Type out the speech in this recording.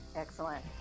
Excellent